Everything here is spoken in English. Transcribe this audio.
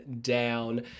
down